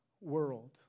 world